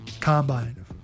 combine